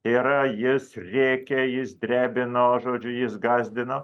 yra jis rėkė jis drebino žodžiu jis gąsdino